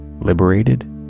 Liberated